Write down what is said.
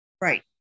Right